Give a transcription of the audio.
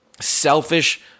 selfish